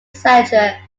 settler